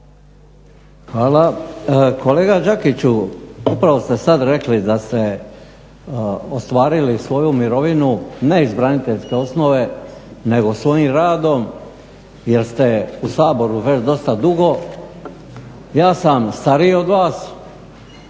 Hvala. Kolega Đakiću, upravo ste sad rekli da ste sad rekli da ste ostvarili svoju mirovinu ne iz braniteljske osnove nego svojim radom jer ste u Saboru već dosta dugo. Ja sam stariji od vas,